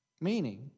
meaning